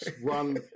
one